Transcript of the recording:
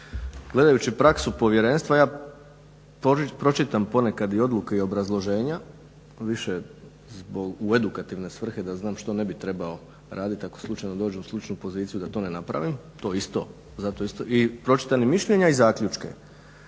Gledajući praksu povjerenstva pročitam ponekad i odluke i obrazloženja više u edukativne svrhe da znam šta ne bi trebao raditi ako slučajno dođem u sličnu poziciju da to ne napravim to isto i pročitana mišljenja i zaključke.